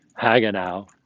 Hagenau